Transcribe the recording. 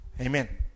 Amen